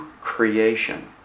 creation